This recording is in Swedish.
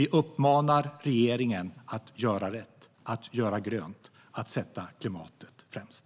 Vi uppmanar regeringen att göra rätt, göra grönt och sätta klimatet främst.